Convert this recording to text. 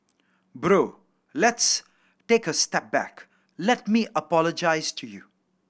bro let's take a step back let me apologize to you